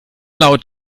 laut